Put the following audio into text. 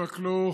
רק לא,